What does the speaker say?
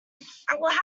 ask